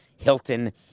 Hilton